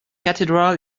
cathedral